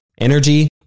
energy